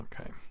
Okay